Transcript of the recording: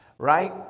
right